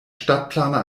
stadtplaner